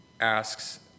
asks